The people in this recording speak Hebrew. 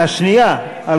רק שנייה,